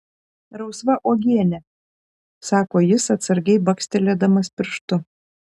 rausva uogienė sako jis atsargiai bakstelėdamas pirštu